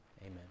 amen